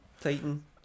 titan